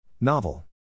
Novel